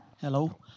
Hello